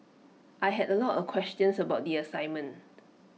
I had A lot of questions about the assignment